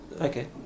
Okay